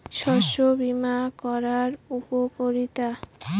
শস্য বিমা করার উপকারীতা?